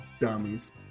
Dummies